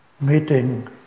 meeting